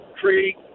tree